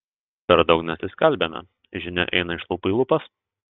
per daug nesiskelbiame žinia eina iš lūpų į lūpas